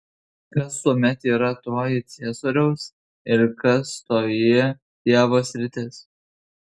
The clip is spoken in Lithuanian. kas tuomet yra toji ciesoriaus ir kas toji dievo sritis